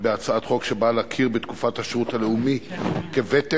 בהצעת חוק שבאה להכיר בתקופת השירות הלאומי כוותק